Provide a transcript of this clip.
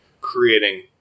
creating